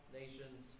nations